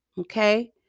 Okay